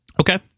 okay